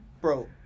bro